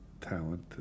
talent